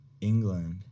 England